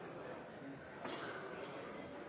president